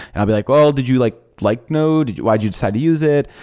i'll be like, well, did you like liked node? why did you decided to use it?